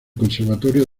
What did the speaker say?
conservatorio